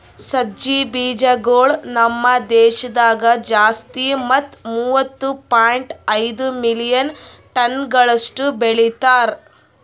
ಸಜ್ಜಿ ಬೀಜಗೊಳ್ ನಮ್ ದೇಶದಾಗ್ ಜಾಸ್ತಿ ಮತ್ತ ಮೂವತ್ತು ಪಾಯಿಂಟ್ ಐದು ಮಿಲಿಯನ್ ಟನಗೊಳಷ್ಟು ಬೆಳಿತಾರ್